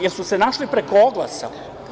Jesu se našli preko oglasa?